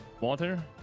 Water